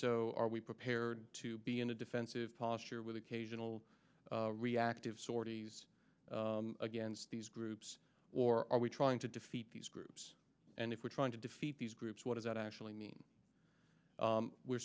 so are we prepared to be in a defensive posture with occasional reactive sorties against these groups or are we trying to defeat these groups and if we're trying to defeat these groups what does that actually mean we're